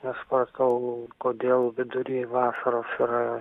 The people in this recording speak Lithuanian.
nesupratau kodėl vidury vasaros yra